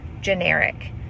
generic